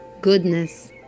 goodness